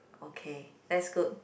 okay that's good